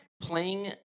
playing